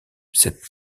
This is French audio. cette